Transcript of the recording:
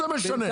מה זה משנה?